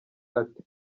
ati